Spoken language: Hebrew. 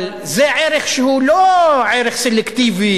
אבל זה ערך שהוא לא ערך סלקטיבי.